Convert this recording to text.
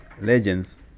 legends